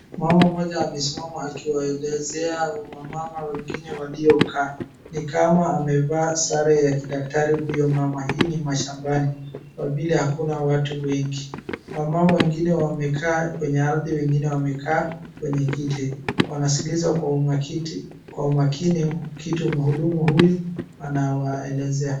Mama mmoja amesimama akiwaelezea wamama wengine waliokaa. Ni kama amevaa sare ya kidaktari huyo mama. Hii ni mashambani kwa vile hakuna watu wengi. Wamama wengine wamekaa kwenye ardhi wengine wamekaa kwenye kiti. Wanaskiliza kwa umakini kitu mhudumu huyu anawaelezea.